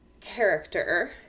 character